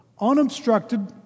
unobstructed